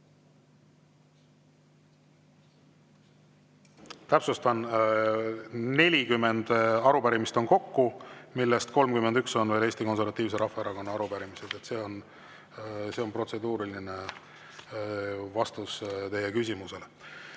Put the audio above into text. Täpsustan: 40 arupärimist on kokku, millest 31 on Eesti Konservatiivse Rahvaerakonna arupärimised. See on protseduuriline vastus teie küsimusele. Kalle